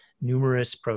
numerous